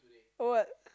what